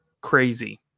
crazy